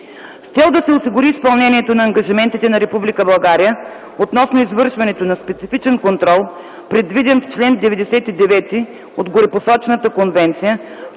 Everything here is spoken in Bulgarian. С цел да се осигури изпълнението на ангажиментите на Република България относно извършването на „специфичен контрол”, предвиден в чл. 99 от горепосочената конвенция,